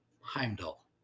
Heimdall